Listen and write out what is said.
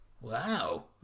Wow